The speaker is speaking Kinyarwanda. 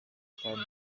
kandi